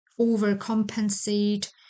overcompensate